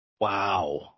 Wow